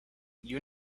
you